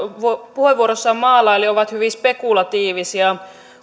maalaili ovat hyvin spekulatiivisia